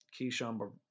Keyshawn